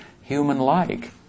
human-like